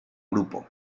grupo